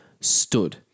stood